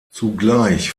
zugleich